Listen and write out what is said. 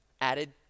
added